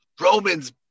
Roman's